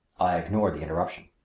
i ignored the interruption.